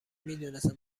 میدونسته